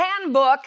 handbook